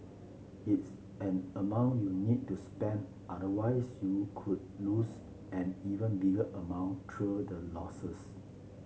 it's an amount you need to spend otherwise you could lose an even bigger amount through the losses